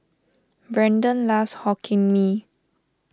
Brendon loves Hokkien Mee